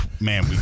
Man